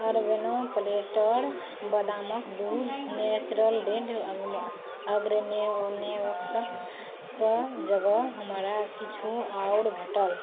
urban platter बदामक दूध Natureland organics के जगह हमरा किछु आओर भेटल